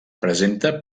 presenta